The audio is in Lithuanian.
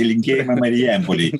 linkėjimai marijampolei